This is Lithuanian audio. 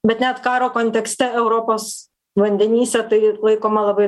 bet net karo kontekste europos vandenyse tai laikoma labai